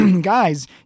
guys